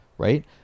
Right